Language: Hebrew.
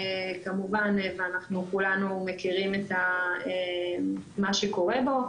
כמובן ואנחנו כולנו מכירים את מה שקורה בו,